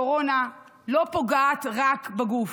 הקורונה לא פוגעת רק בגוף,